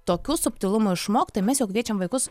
tokių subtilumų išmokti mes jau kviečiam vaikus